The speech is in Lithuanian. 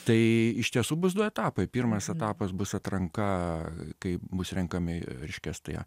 tai iš tiesų bus du etapai pirmas etapas bus atranka kai bus renkami reiškias tie